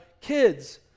kids